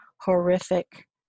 horrific